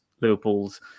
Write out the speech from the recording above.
Liverpool's